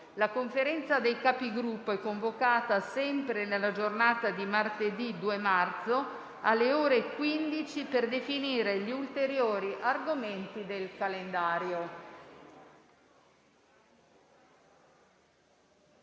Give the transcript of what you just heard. La Conferenza dei Capigruppo è convocata, sempre nella giornata di martedì 2 marzo, alle ore 15, per definire gli ulteriori argomenti del calendario.